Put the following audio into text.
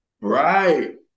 Right